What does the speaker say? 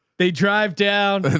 they drive down